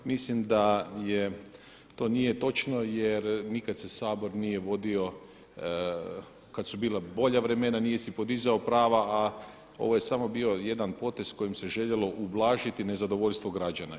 Mislim da to nije točno jer nikad se Sabor nije vodio kad su bila bolja vremena nije si podizao prava, a ovo je samo bio jedan potez kojim se željelo ublažiti nezadovoljstvo građana.